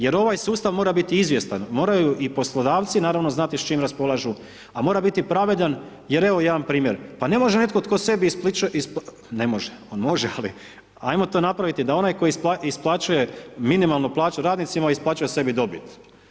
Jer ovaj sustav mora biti izvjestan moraju i poslodavci, naravno znati s čim raspolažu, a moraju biti i pravilan, jer evo jedan primjer, pa ne može netko tko sebi, ne može, on može, ali ajmo to napraviti da onaj tko isplaćuje minimalnu plaću radnicima, isplaćuju sebi dobit.